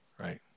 right